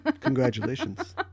congratulations